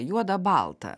juoda balta